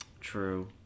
True